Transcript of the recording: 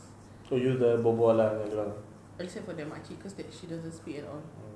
so you sudah berbual lah dengan dia orang